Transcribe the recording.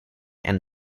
and